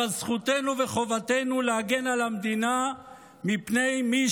אבל זכותנו וחובתנו להגן על המדינה מפני מי